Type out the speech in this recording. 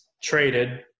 traded